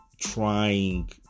trying